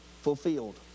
fulfilled